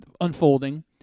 unfolding